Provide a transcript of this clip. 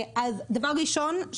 דבר ראשון,